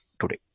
today